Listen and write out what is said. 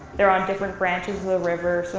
they are on different branches of the river. so